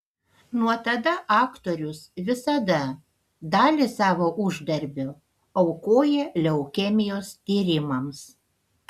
nuo tada aktorius visada dalį savo uždarbio aukoja leukemijos tyrimams